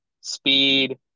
speed